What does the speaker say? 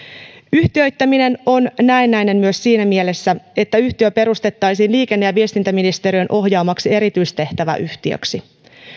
yhtiöittäminen on näennäinen myös siinä mielessä että yhtiö perustettaisiin liikenne ja viestintäministeriön ohjaamaksi erityistehtäväyhtiöksi